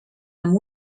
amb